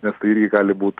nes tai irgi gali būt